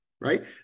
right